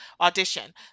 audition